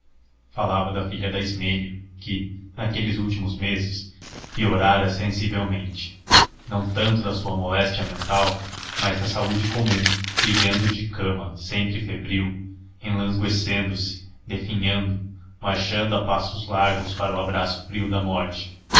falava da filha da ismênia que naqueles últimos meses piorava sensivelmente não tanto da sua moléstia mental mas da saúde comum vivendo de cama sempre febril enlanguescendo definhando marchando a passos largos para o abraço frio da morte